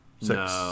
six